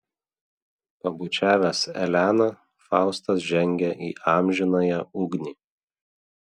pabučiavęs eleną faustas žengia į amžinąją ugnį